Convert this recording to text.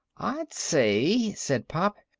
i'd say, said pop,